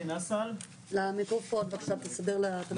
גדעון, אתה תמשיך ללוות אותנו.